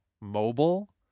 mobile